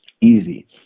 easy